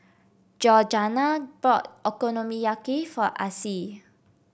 Georganna bought Okonomiyaki for Acie